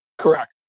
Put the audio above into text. correct